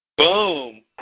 Boom